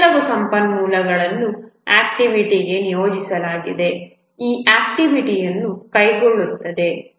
ಕೆಲವು ಸಂಪನ್ಮೂಲಗಳನ್ನು ಆಕ್ಟಿವಿಟಿಗೆ ನಿಯೋಜಿಸಲಾಗಿದೆ ಈ ಆಕ್ಟಿವಿಟಿಯನ್ನು ಕೈಗೊಳ್ಳುತ್ತದೆ